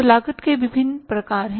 तो लागत के विभिन्न प्रकार हैं